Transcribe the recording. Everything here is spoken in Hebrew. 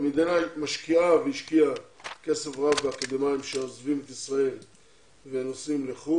המדינה משקיעה והשקיעה כסף רב באקדמאים שעוזבים את ישראל ונוסעים לחוץ